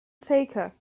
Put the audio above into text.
faker